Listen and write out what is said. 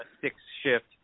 six-shift